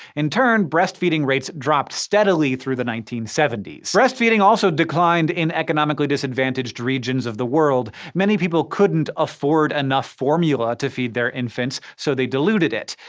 in turn, breastfeeding rates dropped steadily through the nineteen seventy s. breastfeeding also declined in economically disadvantaged regions of the world. many people couldn't afford enough formula to feed their infants, so they diluted it.